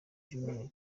junior